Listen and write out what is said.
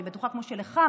אני בטוחה שכמו שלך,